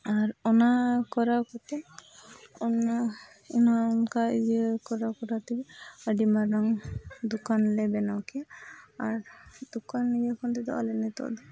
ᱟᱨ ᱚᱱᱟ ᱠᱚᱨᱟᱣ ᱠᱟᱛᱮᱫ ᱚᱱᱟ ᱚᱱᱮ ᱚᱱᱠᱟ ᱤᱭᱟᱹ ᱠᱚᱨᱟᱣ ᱠᱚᱨᱟᱣ ᱛᱮᱜᱮ ᱟᱹᱰᱤ ᱢᱟᱨᱟᱝ ᱫᱚᱠᱟᱱ ᱞᱮ ᱵᱮᱱᱟᱣ ᱠᱮᱫᱟ ᱟᱨ ᱫᱚᱠᱟᱱ ᱤᱭᱟᱹ ᱠᱷᱚᱱ ᱫᱚ ᱟᱞᱮ ᱱᱤᱛᱳᱜ ᱫᱚ